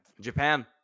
Japan